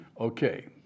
Okay